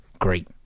great